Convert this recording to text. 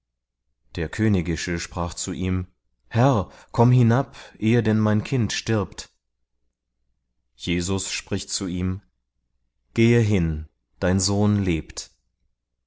der königische sprach zu ihm herr komm hinab ehe denn mein kind stirbt jesus spricht zu ihm gehe hin dein sohn lebt